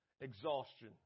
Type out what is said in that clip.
exhaustion